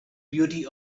beauty